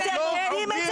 תתנצל בפניהם.